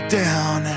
down